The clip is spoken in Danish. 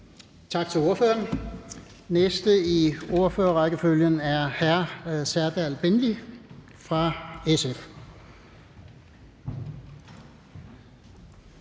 Tak til ordføreren. Den næste i ordførerrækkefølgen er hr. Serdal Benli fra SF.